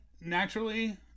naturally